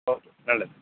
okay நல்லது